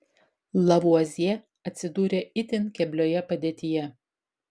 lavuazjė atsidūrė itin keblioje padėtyje